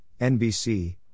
NBC